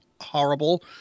horrible